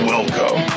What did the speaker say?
Welcome